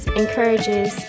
encourages